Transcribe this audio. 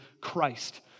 Christ